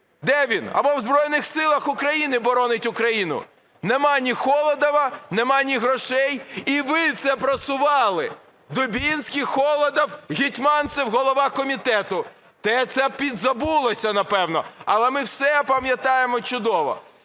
Де він? Або в Збройних Силах України, боронить Україну? Немає ні Холодова, немає ні грошей. І ви це просували: Дубінський, Холодов, Гетманцев, голова комітету. Це підзабулося, напевно. Але ми все пам'ятаємо чудово.